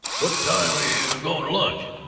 what time you going to lunch?